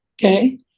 Okay